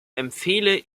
empfehle